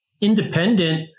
independent